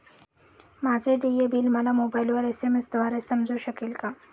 माझे देय बिल मला मोबाइलवर एस.एम.एस द्वारे समजू शकेल का?